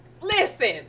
Listen